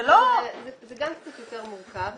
זה גם קצת יותר מורכב.